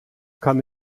kann